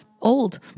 old